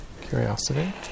Curiosity